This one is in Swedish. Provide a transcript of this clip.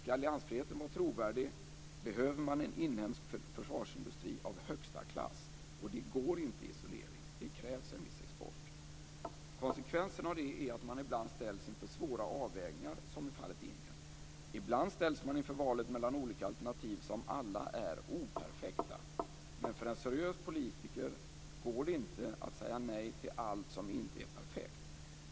Ska alliansfriheten vara trovärdig behöver man en inhemsk försvarsindustri av högsta klass, och det går inte i isolering. Det krävs en viss export. Konsekvensen av det är att man ibland ställs inför svåra avvägningar - som i fallet Indien. Ibland ställs man inför valet mellan olika alternativ där inget är perfekt. Men för en seriös politiker går det inte att säga nej till allt som inte är perfekt.